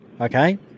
Okay